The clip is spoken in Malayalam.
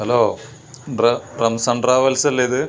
ഹലോ ഡ്ര ഡ്രംസ് ആൻഡ് ട്രാവൽസ് അല്ലേ ഇത്